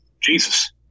Jesus